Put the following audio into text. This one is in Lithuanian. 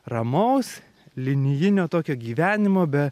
ramaus linijinio tokio gyvenimo be